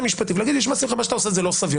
המשפטי ולומר שיש מצב שמה שאני עושה הוא לא סביר.